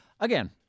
Again